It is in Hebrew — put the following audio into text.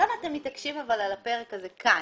למה אתם מתעקשים על הפרק הזה כאן,